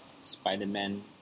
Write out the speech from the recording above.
Spider-Man